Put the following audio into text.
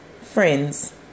Friends